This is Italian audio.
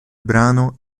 brano